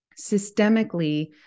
systemically